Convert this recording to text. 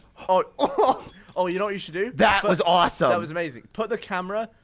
oh ah oh you know what you should do? that was awesome! that was amazing put the camera,